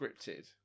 scripted